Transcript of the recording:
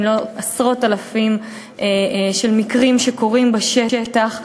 אם לא עשרות אלפים של מקרים שקורים בשטח,